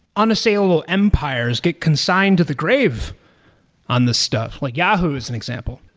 unassailable empires get consigned to the grave on the stuff, like yahoo is an example.